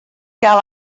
gael